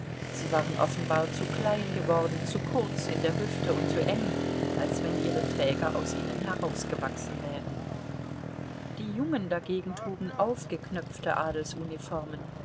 sie waren offenbar zu klein geworden zu kurz in der hüfte und zu eng als wenn ihre träger aus ihnen herausgewachsen wären die jungen dagegen trugen aufgeknöpfte